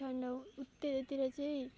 ठन्डा उ त्यतातिर चाहिँ